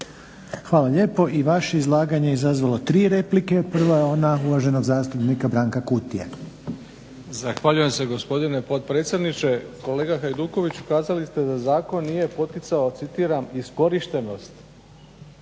Hvala lijepo. I vaše izlaganje je izazvalo tri replike. Prva je ona uvaženog zastupnika Branka Kutije. **Kutija, Branko (HDZ)** Zahvaljujem se gospodine potpredsjedniče. Kolega Hajduković kazali ste da zakon nije poticao citiram "iskorištenost"